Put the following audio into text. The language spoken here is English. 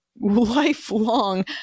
lifelong